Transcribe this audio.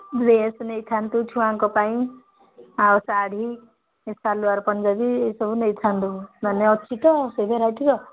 dress ନେଇଥାନ୍ତୁ ଛୁଆଙ୍କ ପାଇଁ ଆଉ ଶାଢ଼ୀ ସାଲୱାର ପଞ୍ଜାବୀ ଏଇସବୁ ନେଇଥାନ୍ତୁ ମାନେ ଅଛି ତ ସେଇ ଭେରାଇଟିର